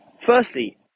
firstly